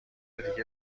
دیگه